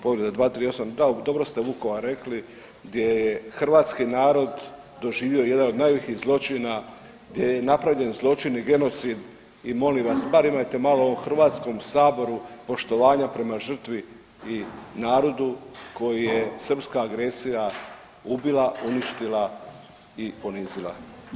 Povreda 238., da dobro ste Vukovar rekli gdje je hrvatski narod doživio jedan od najvećih zločina, gdje je napravljen zločin i genocid i molim vas bar imajte malo u ovom HS poštovanja prema žrtvi i narodu koji je srpska agresija ubila, uništila i ponizila.